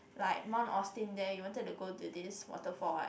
like Mount Austin there we wanted to go to this waterfall [what]